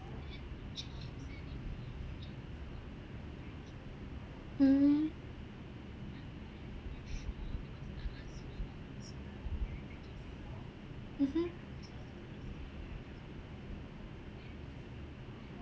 mmhmm mmhmm